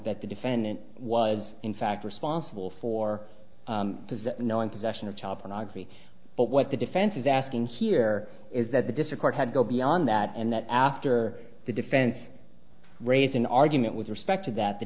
that the defendant was in fact responsible for knowing possession of child pornography but what the defense is asking here is that the difficult had go beyond that and that after the defense raising argument with respect to that the